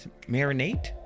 marinate